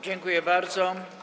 Dziękuję bardzo.